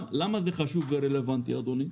למה זה חשוב ורלוונטי, אדוני?